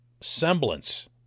semblance